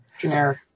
generic